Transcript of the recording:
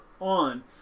on